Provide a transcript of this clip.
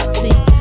see